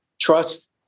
trust